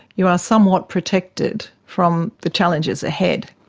you are somewhat protected from the challenges ahead.